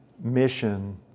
mission